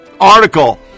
article